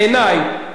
בעיני.